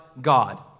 God